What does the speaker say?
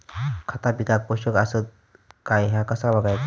खता पिकाक पोषक आसत काय ह्या कसा बगायचा?